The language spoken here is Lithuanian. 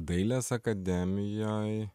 dailės akademijoj